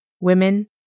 Women